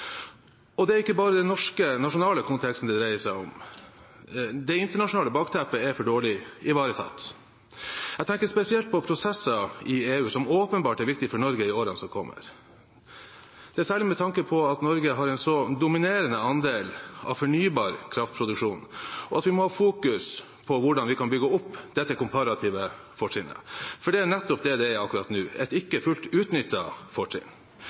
nasjonen. Det er ikke bare den norske, nasjonale konteksten det dreier seg om. Det internasjonale bakteppet er for dårlig ivaretatt. Jeg tenker spesielt på prosesser i EU, som åpenbart er viktig for Norge i årene som kommer. Det gjelder særlig med tanke på at Norge har en så dominerende andel av fornybar kraftproduksjon, og at vi må fokusere på hvordan vi kan bygge opp dette komparative fortrinnet – for det er nettopp det det er akkurat nå, et ikke fullt ut utnyttet fortrinn.